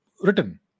written